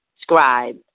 scribe